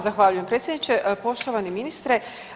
Zahvaljujem predsjedniče, poštovani ministre.